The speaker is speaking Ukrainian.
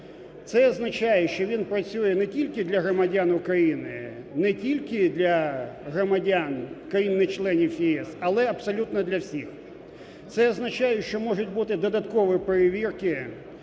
Це означає, що він працює не тільки для громадян України, не тільки для громадян країн-членів ЄС, але абсолютно для всіх. Це означає, що можуть бути додаткові перевірки,